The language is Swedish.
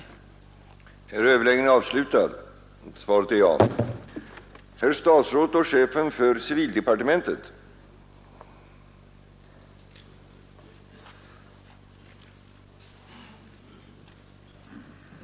serna vid början av nästa valperiod